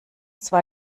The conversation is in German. zwar